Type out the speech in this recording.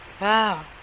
Wow